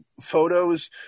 photos